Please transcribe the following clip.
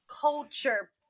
culture